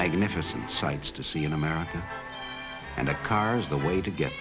magnificent sights to see in america and a cars the way to get